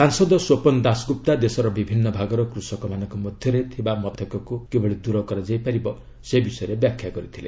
ସାଂସଦ ସ୍ୱପନ ଦାସଗୁପ୍ତା ଦେଶର ବିଭିନ୍ନ ଭାଗର କୃଷକମାନଙ୍କ ମଧ୍ୟରେ ଥିବା ପାର୍ଥକ୍ୟକୁ କିଭଳି ଦୂର କରାଯାଇ ପାରିବ ସେ ବିଷୟରେ ବ୍ୟାଖ୍ୟା କରିଥିଲେ